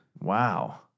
Wow